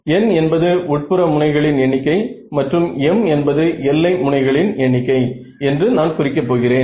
n என்பது உட்புற முனைகளின் எண்ணிக்கை மற்றும் m என்பது எல்லை முனைகளின் எண்ணிக்கை என்று நான் குறிக்க போகிறேன்